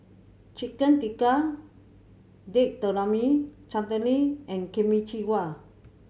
Chicken Tikka Date Tamarind Chutney and Kimchi